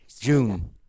June